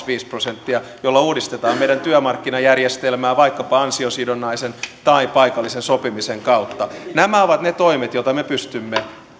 viisi prosenttia jolla uudistetaan meidän työmarkkinajärjestelmäämme vaikkapa ansiosidonnaisen tai paikallisen sopimisen kautta nämä ovat ne toimet joita me pystymme